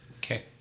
Okay